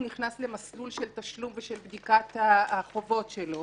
נכנס למסלול של תשלום ושל בדיקת החובות שלו,